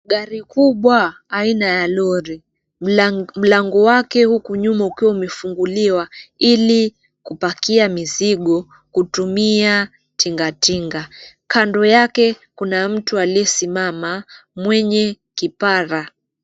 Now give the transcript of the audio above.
Gari kubwa aina ya lori , mlango wake huku nyuma kukiwa umefunguliwa ili kupakia mzigo kutumia tingatinga kando yake kuna mtu aliyesimama mwenye kipara.